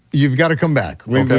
you've gotta come back okay.